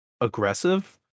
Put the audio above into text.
aggressive